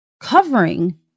covering